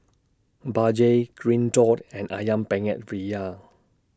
Bajaj Green Dot and Ayam Penyet Ria